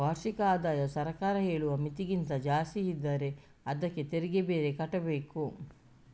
ವಾರ್ಷಿಕ ಆದಾಯ ಸರ್ಕಾರ ಹೇಳುವ ಮಿತಿಗಿಂತ ಜಾಸ್ತಿ ಇದ್ರೆ ಅದ್ಕೆ ತೆರಿಗೆ ಬೇರೆ ಕಟ್ಬೇಕು